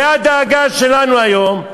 זה הדאגה שלנו היום,